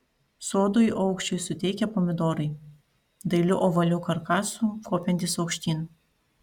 sodui aukščio suteikia pomidorai dailiu ovaliu karkasu kopiantys aukštyn